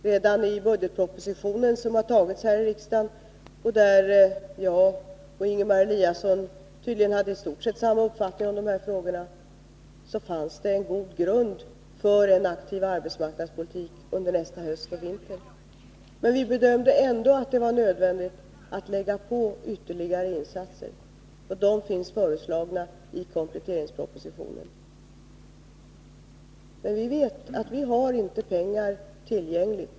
Redan i budgetpropositionen, som har antagits av riksdagen, och där jag och Ingemar Eliasson tydligen hade i stort sett samma uppfattning om dessa frågor, gavs en god grund för en aktiv arbetsmarknadspolitik under nästa höst och vinter. Men vi bedömde ändå att det var nödvändigt att göra ytterligare insatser. De finns föreslagna i kompletteringspropositionen. Vi vet att vi inte har pengar tillgängliga.